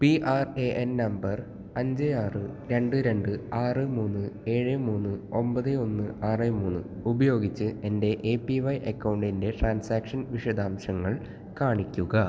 P R A N number അഞ്ച് ആറ് രണ്ട് രണ്ട് ആറ് മൂന്ന് ഏഴ് മൂന്ന് ഒമ്പത് ഒന്ന് ആറ് മൂന്ന് ഉപയോഗിച്ച് എൻ്റെ എ പി വൈ അക്കൗണ്ടിൻ്റെ ട്രാൻസാക്ഷൻ വിശദാംശങ്ങൾ കാണിക്കുക